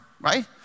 right